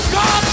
God